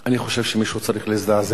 אני חושב שמישהו צריך להזדעזע,